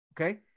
okay